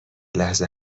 لحظه